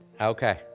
okay